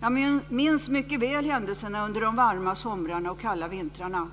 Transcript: Jag minns mycket väl händelserna under de varma somrarna och kalla vintrarna.